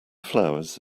flowers